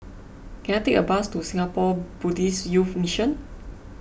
can I take a bus to Singapore Buddhist Youth Mission